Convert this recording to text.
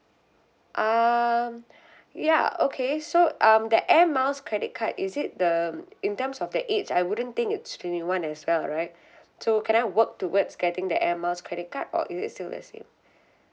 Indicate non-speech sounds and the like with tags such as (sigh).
um (breath) ya okay so um the air miles credit card is it the um in terms of the age I wouldn't think it's twenty one as well right (breath) so can I work towards getting the air miles credit card or is it still the same